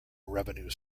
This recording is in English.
revenue